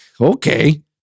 Okay